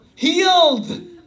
Healed